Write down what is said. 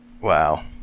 Wow